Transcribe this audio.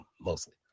mostly